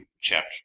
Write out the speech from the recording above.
chapter